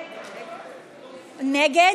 נגד?